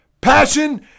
passion